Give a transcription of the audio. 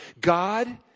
God